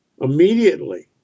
immediately